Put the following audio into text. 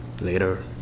Later